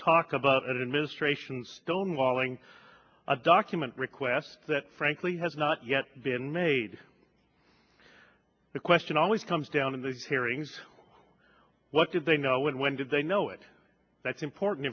talk about it in ministrations don't wallow in a document request that frankly has not yet been made the question always comes down in the hearings what did they know when when did they know it that's important